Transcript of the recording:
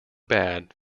bad